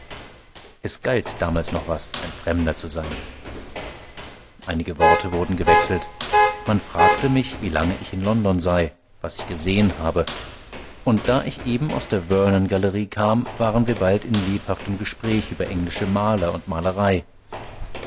es galt damals noch was ein fremder zu sein einige worte wurden gewechselt man fragte mich wie lange ich in london sei was ich gesehen habe und da ich eben aus der vernon galerie kam waren wir bald in lebhaftem gespräch über englische maler und malerei